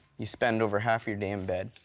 you spend over half your day in bed.